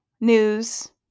news